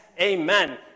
Amen